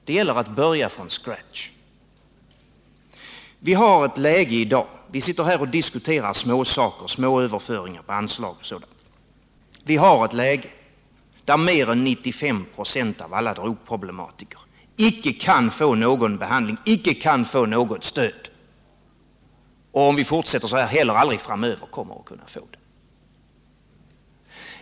Det gäller att börja från scratch. Vi sitter här och diskuterar småsaker, små överföringar på anslag och sådant. Vi har ett läge, där 95 2, av alla drogproblematiker icke kan få någon behandling, icke kan få något stöd. Och om vi fortsätter så här, kommer de heller aldrig att få det.